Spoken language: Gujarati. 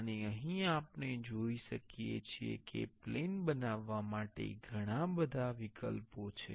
અને અહીં આપણે જોઈ શકીએ છીએ કે પ્લેન બનાવવા માટે ઘણા બધા વિકલ્પો છે